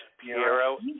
Piero